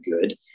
good